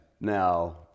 Now